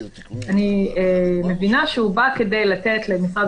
אני מבינה שהוא בא כדי לתת למשרד